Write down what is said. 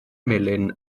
melin